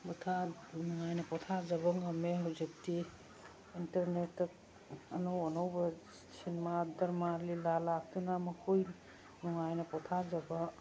ꯅꯨꯡꯉꯥꯏꯅ ꯄꯣꯊꯥꯖꯕ ꯉꯝꯃꯦ ꯍꯧꯖꯤꯛꯇꯤ ꯏꯟꯇꯔꯅꯦꯠꯇ ꯑꯅꯧ ꯑꯅꯧꯕ ꯁꯤꯅꯦꯃꯥ ꯗꯔꯃꯥ ꯂꯤꯂꯥ ꯂꯥꯛꯇꯨꯅ ꯃꯈꯣꯏ ꯅꯨꯡꯉꯥꯏꯅ ꯄꯣꯊꯥꯖꯕ